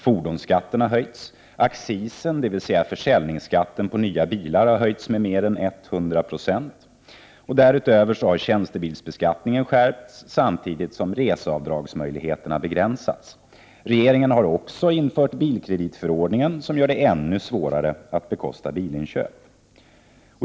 Fordonsskatten har höjts. Accisen, dvs. försäljningsskatten på nya bilar, har höjts med mer än 100 96.Därutöver har tjänstebilsbeskattningen skärpts, samtidigt som reseavdragsmöjligheterna begränsats. Regeringen har också infört bilkreditförordningen, som gör det ännu svårare att bekosta bilinköp.